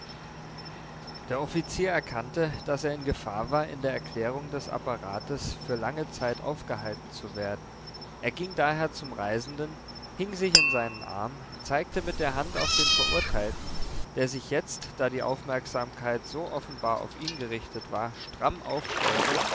der offizier erkannte daß er in gefahr war in der erklärung des apparates für lange zeit aufgehalten zu werden er ging daher zum reisenden hing sich in seinen arm zeigte mit der hand auf den verurteilten der sich jetzt da die aufmerksamkeit so offenbar auf ihn gerichtet war stramm aufstellte